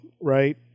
right